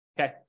okay